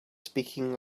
speaking